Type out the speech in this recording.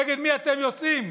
נגד מי אתם יוצאים?